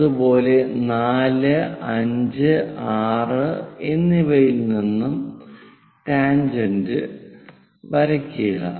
അതുപോലെ 4 5 6 എന്നിവയിൽ നിന്നും ടാൻജെന്റ് വരയ്ക്കുക